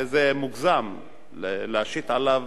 זה מוגזם להשית עליו